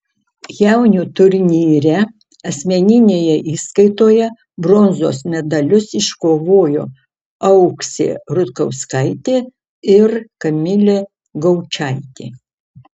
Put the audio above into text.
jaunių turnyre asmeninėje įskaitoje bronzos medalius iškovojo auksė rutkauskaitė ir kamilė gaučaitė